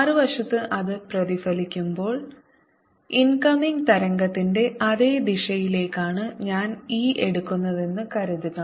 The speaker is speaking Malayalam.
മറുവശത്ത് അത് പ്രതിഫലിക്കുമ്പോൾ ഇൻകമിംഗ് തരംഗത്തിന്റെ അതേ ദിശയിലേക്കാണ് ഞാൻ e എടുക്കുന്നതെന്ന് കരുതുക